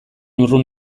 urrun